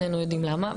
שנינו יודעים למה.